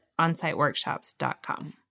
onsiteworkshops.com